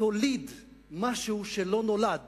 תוליד משהו שלא נולד